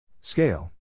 Scale